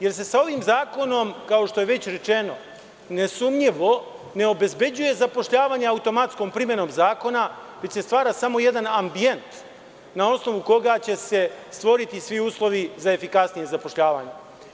Jer, ovim zakonom se, kao što je već rečeno, nesumnjivo ne obezbeđuje zapošljavanje automatskom primenom zakona, već se stvara samo jedan ambijent na osnovu koga će se stvoriti svi uslovi za efikasnije zapošljavanje.